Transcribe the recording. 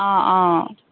অঁ অঁ